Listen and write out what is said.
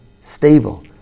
stable